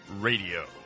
Radio